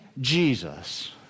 Jesus